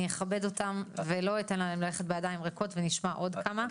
אני אכבד אותם ולא אתן להם ללכת בידיים ריקות ונשמע עוד כמה.